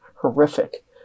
horrific